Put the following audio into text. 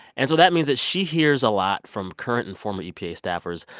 and so that means that she hears a lot from current and former epa staffers,